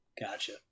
Gotcha